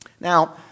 Now